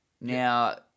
Now